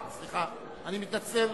אני מתנצל.